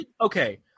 Okay